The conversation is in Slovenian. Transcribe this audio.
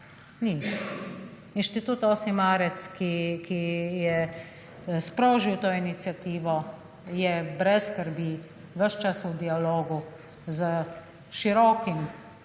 Ni. Inštitut 8. marec, ki je sprožil to iniciativo je brez skrbi ves čas v dialogu s širokim,